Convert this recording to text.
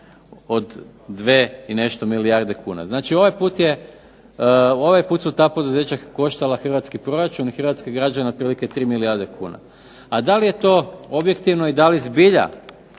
od 2 i nešto milijarde kuna. Znači, ovaj put su ta poduzeća koštala hrvatski proračun i hrvatske građane otprilike 3 milijarde kuna. A da li je to objektivno i da li zbilja je